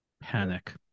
Panic